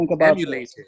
emulated